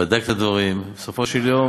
בדק את הדברים, ובסופו של יום